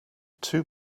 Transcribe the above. two